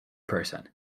person